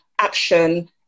action